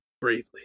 bravely